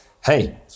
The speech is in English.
hey